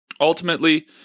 Ultimately